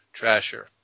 Trasher